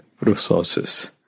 resources